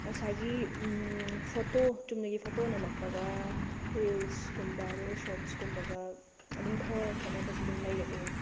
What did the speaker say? ꯉꯁꯥꯏꯒꯤ ꯐꯣꯇꯣ ꯆꯨꯝꯅꯒꯤ ꯐꯣꯇꯣ ꯅꯝꯃꯛꯄꯒ ꯔꯤꯜꯁꯀꯨꯝꯕ ꯑꯗꯨꯒ ꯁꯣꯔꯠꯁꯀꯨꯝꯕꯒ ꯑꯗꯨꯝ ꯈꯔ ꯈꯦꯅꯕꯁꯦ ꯑꯗꯨꯝ ꯂꯩꯔꯛꯑꯦ